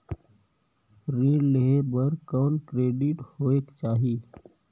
ऋण लेहे बर कौन क्रेडिट होयक चाही?